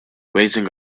raising